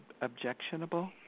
objectionable